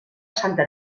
santa